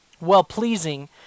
well-pleasing